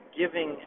giving